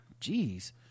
Jeez